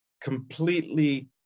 completely